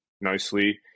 nicely